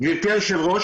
גברתי היושבת-ראש,